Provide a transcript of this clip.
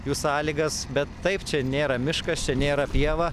jų sąlygas bet taip čia nėra miškas čia nėra pieva